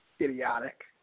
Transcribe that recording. idiotic